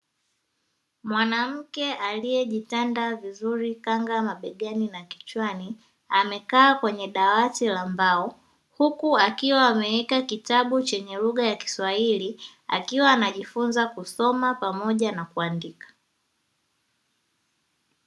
Mwanamke aliejitanda vizuri kanga mabegani na kichwani amekaa kwenye dawati la mbao huku akiwa ameweka kitabu chenye lugha ya kiswahili, akiwa anajifunza kusoma pamoja na kuandika.